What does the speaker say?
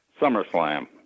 SummerSlam